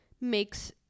makes